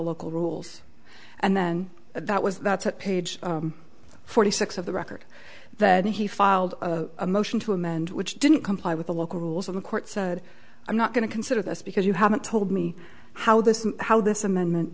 local rules and then that was that's at page forty six of the record that he filed a motion to amend which didn't comply with the local rules of the court said i'm not going to consider this because you haven't told me how this how this amendment